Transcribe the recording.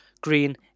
green